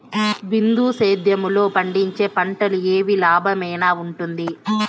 బిందు సేద్యము లో పండించే పంటలు ఏవి లాభమేనా వుంటుంది?